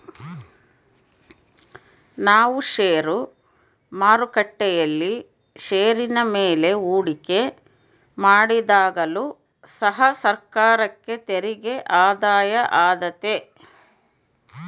ನಾವು ಷೇರು ಮಾರುಕಟ್ಟೆಯಲ್ಲಿ ಷೇರಿನ ಮೇಲೆ ಹೂಡಿಕೆ ಮಾಡಿದಾಗಲು ಸಹ ಸರ್ಕಾರಕ್ಕೆ ತೆರಿಗೆ ಆದಾಯ ಆತೆತೆ